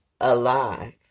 Alive